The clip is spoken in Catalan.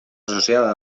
associada